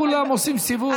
לצערי הרב כולם עושים סיבוב,